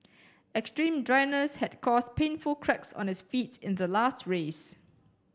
extreme dryness had caused painful cracks on his feet in the last race